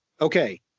okay